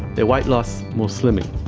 their weight loss more slimming.